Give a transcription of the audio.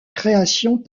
création